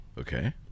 Okay